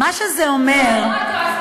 מה שזה אומר, לא, פה את טועה.